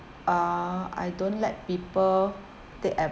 uh I don't let people take ad~